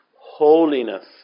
holiness